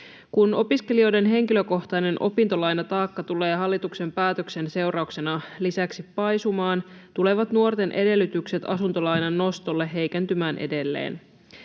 Kun opiskelijoiden henkilökohtainen opintolainataakka tulee hallituksen päätöksen seurauksena lisäksi paisumaan, tulevat nuorten edellytykset asuntolainan nostolle heikentymään edelleen.